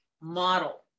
model